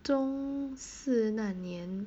中四那年